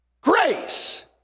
grace